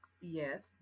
yes